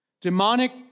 demonic